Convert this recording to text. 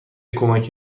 کمک